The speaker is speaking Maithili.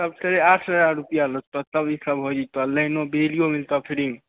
सबके आठ हजार रुपैआ लगतऽ सब ई सब हो जेतऽ लाइनो बिजलीयो मिलतऽ फ्रीमे